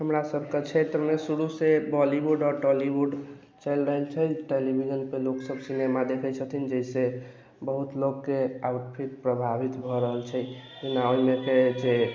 हमरा सभके क्षेत्रमे शुरूसँ बॉलीवुड आओर टॉलीवुड चलि रहल छै टेलिविजन पर लोक सभ सिनेमा देखैत छथिन जाहिसँ बहुत लोककेँ आउटफिट प्रभावित भए रहल छै जेना ओहिमे से जे